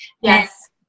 Yes